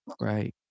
Right